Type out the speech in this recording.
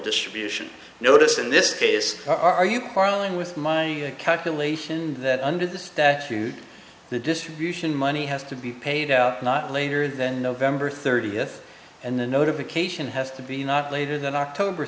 distribution notice in this case are you quarrelling with my calculation that under this statute the distribution money has to be paid out not later than november thirtieth and the notification has to be not later than october